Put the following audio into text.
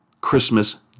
Christmas